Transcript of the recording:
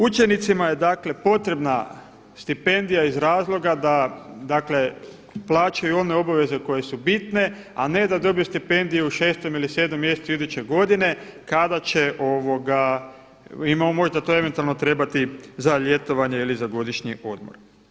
Učenicima je dakle potrebna stipendija iz razloga da dakle plaćaju one obaveze koje su bitne a ne da dobiju stipendiju u 6. ili 7. mjesecu iduće godine kada će, im možda to eventualno trebati za ljetovanje ili za godišnji odmor.